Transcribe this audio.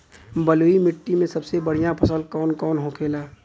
बलुई मिट्टी में सबसे बढ़ियां फसल कौन कौन होखेला?